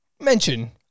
mention